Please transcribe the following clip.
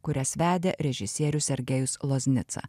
kurias vedė režisierius sergejus loznica